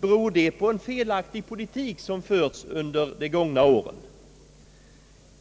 Beror det på att en felaktig politik förts under de gångna åren?